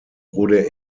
wurde